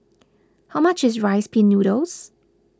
how much is Rice Pin Noodles